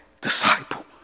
disciple